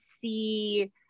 see